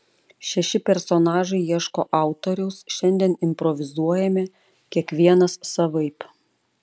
šeši personažai ieško autoriaus šiandien improvizuojame kiekvienas savaip